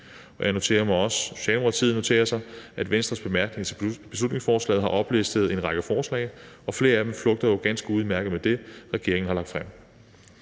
patienter. Jeg og vi i Socialdemokratiet noterer os også, at Venstre i bemærkningerne til beslutningsforslaget har oplistet en række forslag, og flere af dem flugter jo ganske udmærket med det, som regeringen har lagt frem.